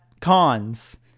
cons